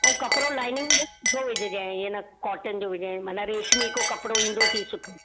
ऐं कपिड़ो लाईनिंग जो विझजाइ ऐं ईअं न कॉटण जो माना रेशमी जो कपिड़ो ईंदो थी सुठो